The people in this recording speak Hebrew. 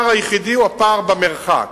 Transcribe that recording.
הפער היחידי הוא במרחק.